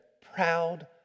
Proud